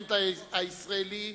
הפרלמנט הישראלי,